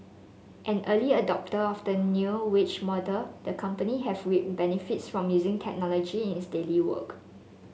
an early adopter of the new wage model the company has reaped benefits from using technology in its daily work